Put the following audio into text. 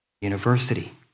University